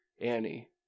annie